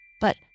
But